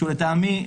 שלטעמי,